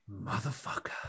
motherfucker